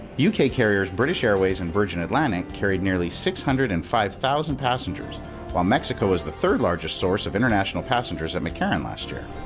yeah uk carriers british airways and virgin atlantic carried nearly six hundred and five thousand passengers while mexico is the third largest source of international passengers at mccarran last year.